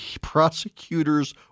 prosecutors